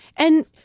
and,